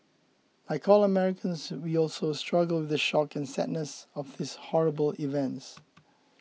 like all Americans we also struggle the shock and sadness of these horrible events